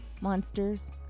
monsters